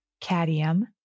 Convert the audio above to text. cadmium